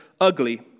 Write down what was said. ugly